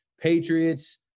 Patriots